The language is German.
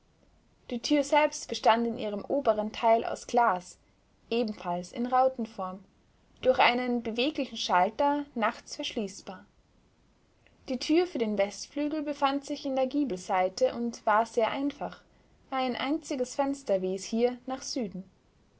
die tür selbst bestand in ihrem oberen teil aus glas ebenfalls in rautenform durch einen beweglichen schalter nachts verschließbar die tür für den westflügel befand sich in der giebelseite und war sehr einfach ein einziges fenster wies hier nach süden